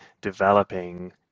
developing